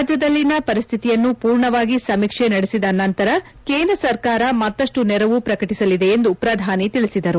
ರಾಜ್ಯದಲ್ಲಿನ ಪರಿಶ್ಲಿತಿಯನ್ನು ಪೂರ್ಣವಾಗಿ ಸಮೀಕ್ಷೆ ನಡೆಸಿದ ನಂತರ ಕೇಂದ್ರ ಸರ್ಕಾರ ಮತ್ತಷ್ಣು ನೆರವು ಪ್ರಕಟಿಸಲಿದೆ ಎಂದು ಪ್ರಧಾನಿ ತಿಳಿಸಿದರು